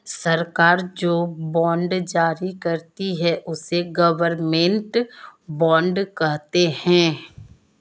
सरकार जो बॉन्ड जारी करती है, उसे गवर्नमेंट बॉन्ड कहते हैं